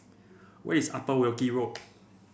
where is Upper Wilkie Road